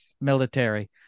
military